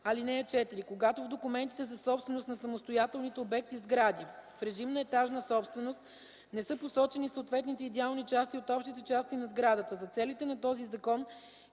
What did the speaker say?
5 и 6: „(4) Когато в документите за собственост на самостоятелните обекти в сгради в режим на етажна собственост не са посочени съответните идеални части от общите части на сградата, за целите на този закон